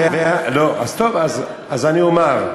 טוב, אז אני אומר,